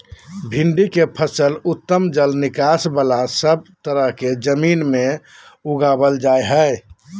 भिंडी के फसल उत्तम जल निकास बला सब तरह के जमीन में उगावल जा हई